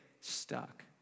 stuck